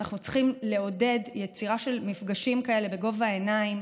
אנחנו צריכים לעודד יצירה של מפגשים כאלה בגובה העיניים,